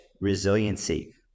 resiliency